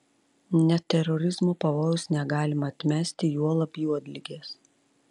net terorizmo pavojaus negalima atmesti juolab juodligės